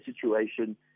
situation